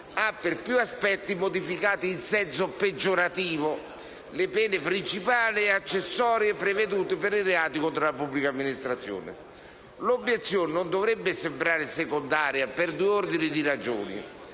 ha, per più aspetti, modificato in senso peggiorativo le pene principali ed accessorie previste per i reati contro la pubblica amministrazione. L'obiezione non dovrebbe sembrare secondaria, per due ordini di ragioni.